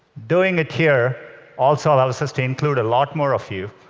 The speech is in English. doing it here also allows us to include a lot more of you.